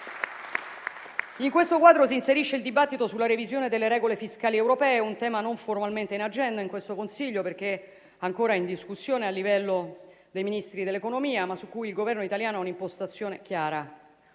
In questo quadro si inserisce il dibattito sulla revisione delle regole fiscali europee, un tema non formalmente in agenda in questo Consiglio, perché ancora in discussione a livello dei Ministri dell'economia, ma su cui il Governo italiano ha un'impostazione chiara: